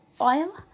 oil